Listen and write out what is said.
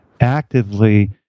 actively